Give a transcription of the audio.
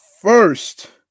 first